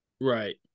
Right